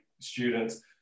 students